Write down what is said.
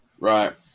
Right